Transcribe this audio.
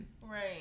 Right